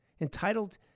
entitled